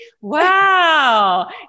Wow